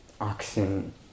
oxen